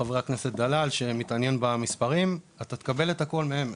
לחבר הכנסת דלל שמתעניין במספרים: אתה תקבל את הכול מהם,